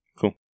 Cool